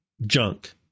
junk